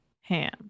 Ham